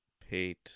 paid